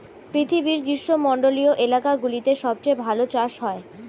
পৃথিবীর গ্রীষ্মমন্ডলীয় এলাকাগুলোতে সবচেয়ে ভালো চাষ হয়